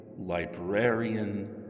Librarian